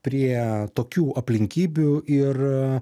prie tokių aplinkybių ir